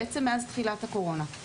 למעשה מאז תחילת הקורונה.